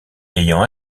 ayant